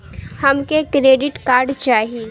हमके credit card चाही